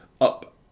up